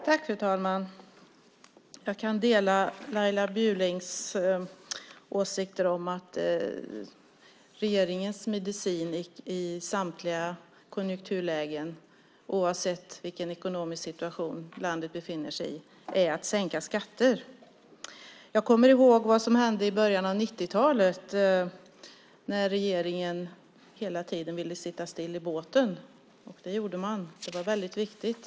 Fru talman! Jag kan dela Laila Bjurlings åsikt att regeringens medicin i samtliga konjunkturlägen, oavsett vilken ekonomisk situation landet befinner sig i, är att sänka skatter. Jag kommer ihåg vad som hände i början av 90-talet när regeringen ville sitta still i båten. Och det gjorde man, för det ansågs viktigt.